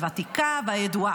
הוותיקה והידועה: